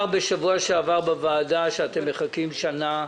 מי אמר בשבוע שעבר בוועדה שאתם מחכים שנה?